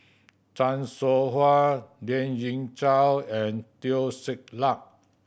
Chan Soh Ha Lien Ying Chow and Teo Ser Luck